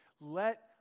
let